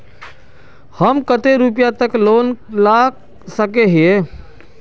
हम कते रुपया तक लोन ला सके हिये?